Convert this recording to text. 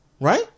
right